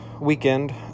weekend